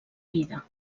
vida